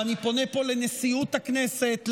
ואני פונה פה לנשיאות הכנסת,